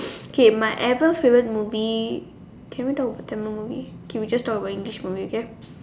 okay my ever favourite movie can we talk about Tamil movie okay we just talk about English movie okay